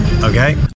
Okay